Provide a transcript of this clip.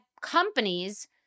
companies